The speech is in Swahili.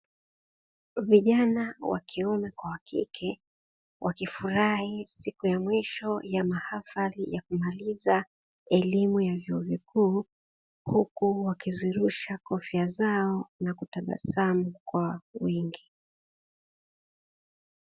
Vijana wakiume kwa wakike wakifurahi siku ya mwisho ya mahafali ya kumaliza elimu ya vyuo vikuu, huku wakizirusha kofia zao na kutabasamu kwa wingi.